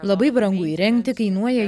labai brangu įrengti kainuoja